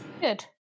Good